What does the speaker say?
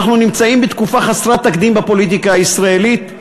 אנחנו נמצאים בתקופה חסרת תקדים בפוליטיקה הישראלית.